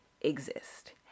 exist